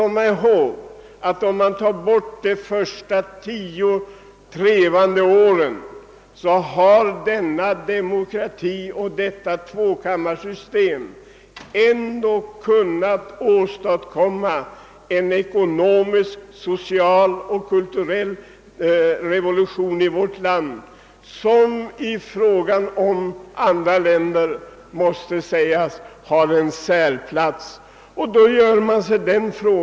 Med undantag för de tio första trevande åren därefter har denna demokrati kunnat åstadkomma en ekonomisk, social och kulturell revolution i vårt land som måste sägas ge vårt land en särplats bland övriga länder.